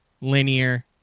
linear